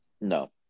No